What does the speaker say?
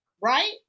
right